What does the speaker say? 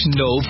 no